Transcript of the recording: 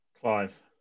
Clive